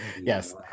yes